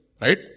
right